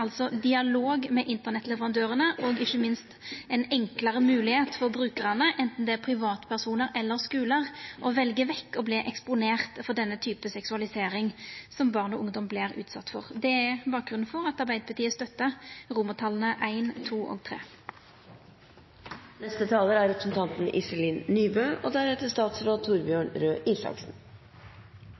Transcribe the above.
altså ein dialog med internettleverandørane og ikkje minst ei enklare moglegheit for brukarane – anten det er privatpersonar eller skular – til å velja vekk å verta eksponerte for denne typen seksualisering som barn og unge vert utsette for. Det er bakgrunnen for at Arbeidarpartiet støttar I, II og